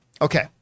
okay